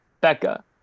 Becca